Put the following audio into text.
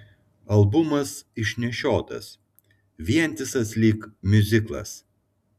albumas išnešiotas vientisas lyg miuziklas